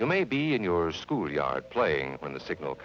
you maybe in your school yard playing when the signal